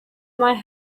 might